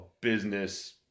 business